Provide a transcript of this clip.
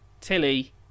Tilly